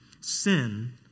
sin